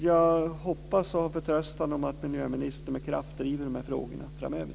Jag hoppas och har förtröstan om att miljöministern med kraft driver de här frågorna framöver.